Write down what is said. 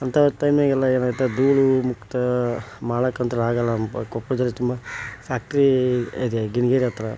ಅಂತ ಟೈಮ್ನಾಗ ಎಲ್ಲ ಏನಾಗುತ್ತೆ ಧೂಳು ಮುಕ್ತ ಮಾಡೋಕೆ ಅಂತೂ ಆಗೋಲ್ಲ ಅಂಪ ಕೊಪ್ಪಳ ಜನ ತುಂಬ ಫ್ಯಾಕ್ಟ್ರಿ ಇದೆ ಗಿಣಿಗೇರಿ ಹತ್ತಿರ